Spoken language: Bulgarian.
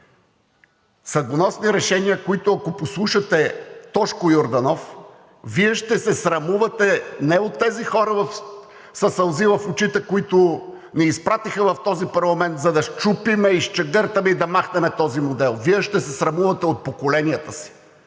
Съдбоносни решения, които, ако послушате Тошко Йорданов, Вие ще се срамувате не от тези хора със сълзи в очите, които ни изпратиха в този парламент, за да счупим, изчегъртаме и да махнем този модел – Вие ще се срамувате от поколенията си.